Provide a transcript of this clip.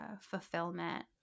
fulfillment